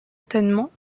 étonnement